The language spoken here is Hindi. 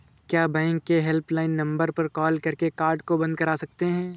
क्या बैंक के हेल्पलाइन नंबर पर कॉल करके कार्ड को बंद करा सकते हैं?